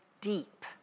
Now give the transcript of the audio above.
deep